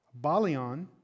Balion